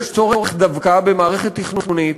יש צורך דווקא במערכת תכנונית